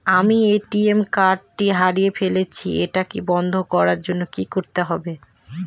আমি ATM card টি হারিয়ে ফেলেছি এটাকে বন্ধ করার জন্য কি করতে হবে?